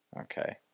Okay